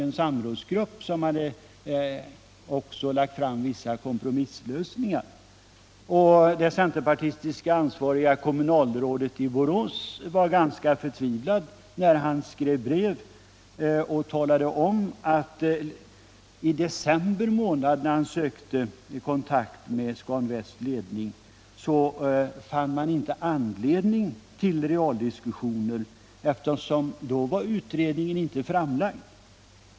En samrådsgrupp hade också lagt fram vissa kompromisslösningar. Det centerpartistiska ansvariga kommunalrådet i Borås var ganska förtvivlad när han skrev brev och talade om att då han i december månad sökte kontakt med Scan Västs ledning, fann man inte anledning till realdiskussioner eftersom utredningen då inte var framlagd.